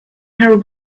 her